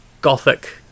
gothic